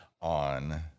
on